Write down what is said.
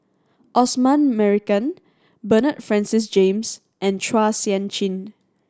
Osman Merican Bernard Francis James and Chua Sian Chin